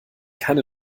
keine